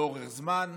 לאורך זמן,